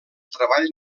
treball